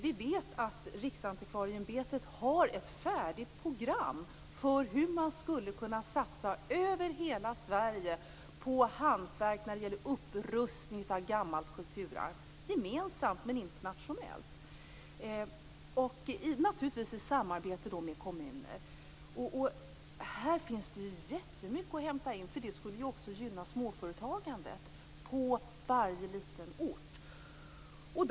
Vi vet att Riksantikvarieämbetet har ett färdigt program för hur man över hela Sverige skulle kunna satsa på hantverk vid upprustning av gammalt kulturarv, gemensamt men internationellt. Naturligtvis skulle det ske i samarbete med kommunerna. Här finns jättemycket att hämta in, eftersom detta också skulle gynna småföretagandet på varje liten ort.